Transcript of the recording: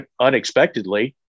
unexpectedly